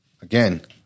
again